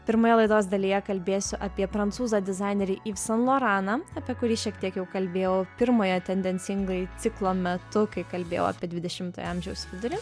pirmoje laidos dalyje kalbėsiu apie prancūzą dizainerį yv san loraną apie kurį šiek tiek jau kalbėjau pirmąją tendencingai ciklo metu kai kalbėjau apie dvidešimtojo amžiaus vidurį